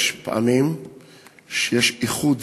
יש פעמים שיש איחוד